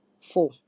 four